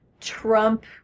Trump